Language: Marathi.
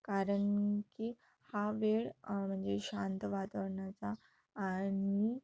कारण की हा वेळ म्हणजे शांत वातावरणाचा आणि